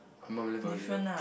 my mum left earlier